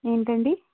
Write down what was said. ఏంటండీ